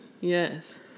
Yes